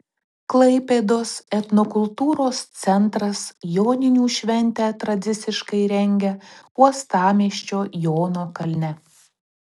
klaipėdos etnokultūros centras joninių šventę tradiciškai rengia uostamiesčio jono kalne